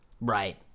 Right